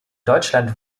deutschland